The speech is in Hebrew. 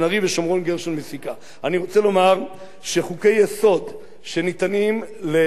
אני רוצה לומר שחוקי-יסוד שניתנים לכל תושבי מדינת ישראל,